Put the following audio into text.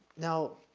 now,